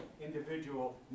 individual